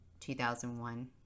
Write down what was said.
2001